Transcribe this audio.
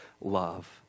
love